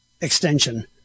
extension